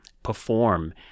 Perform